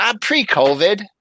Pre-COVID